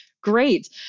Great